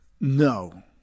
No